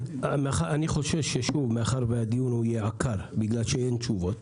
אני חושש שהדיון יהיה עקר כי אין תשובות.